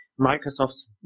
Microsoft's